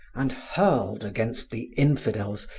and hurled against the infidels,